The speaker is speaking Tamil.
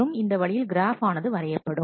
மற்றும் இந்த வழியில் கிராஃப் ஆனது வரையப்படும்